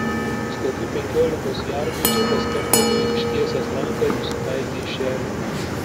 už kokių penkiolikos jardų džekas stabtelėjo ir ištiesęs ranką nusitaikė į šernę